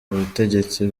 ubutegetsi